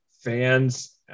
fans